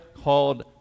called